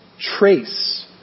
trace